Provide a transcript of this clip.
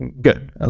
Good